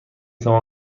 تمام